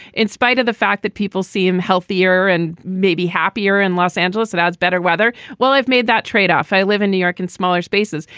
in spite of the fact that people seem healthier and maybe happier in los angeles, it has better weather. well, i've made that tradeoff. i live in new york in smaller spaces.